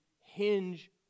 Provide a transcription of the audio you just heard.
hinge